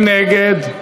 מי נגד?